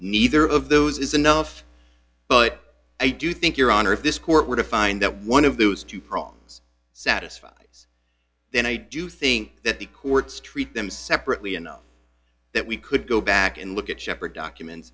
neither of those is enough but i do think your honor if this court were to find that one of those two prongs satisfied then i do think that the court's treat them separately enough that we could go back and look at shepherd documents